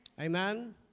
Amen